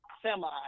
semi